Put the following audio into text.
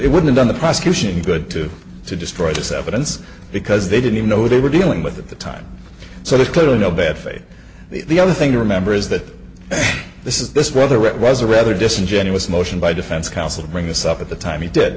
it would have done the prosecution good to to destroy this evidence because they didn't know they were dealing with at the time so there's clearly no bad faith the other thing to remember is that this is this whether it was a rather disingenuous motion by defense counsel bring this up at the time he did